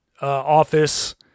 office